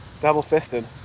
double-fisted